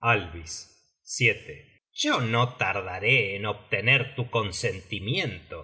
search generated at yo no tardaré en obtener tu consentimiento